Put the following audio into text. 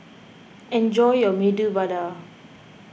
enjoy your Medu Vada